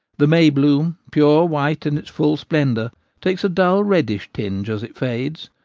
the may-bloom, pure white in its full splendour takes a dull reddish tinge as it fades,